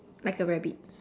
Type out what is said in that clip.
like a rabbit